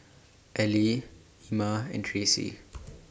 Ellie Ima and Tracey